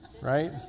right